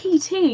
PT